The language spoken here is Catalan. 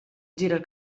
girar